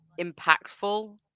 impactful